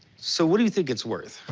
so what do you think it's worth?